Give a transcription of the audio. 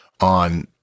on